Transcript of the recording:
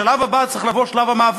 בשלב הבא צריך לבוא המאבק.